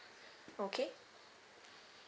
okay